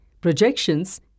projections